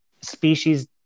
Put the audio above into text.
species